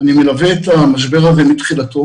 אני מלווה את המשבר הזה מתחילתו